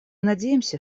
надеемся